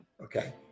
okay